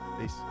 Peace